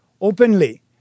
openly